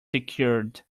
secured